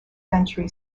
century